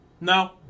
No